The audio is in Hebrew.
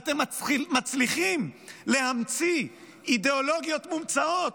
אתם מצליחים להמציא אידיאולוגיות מומצאות,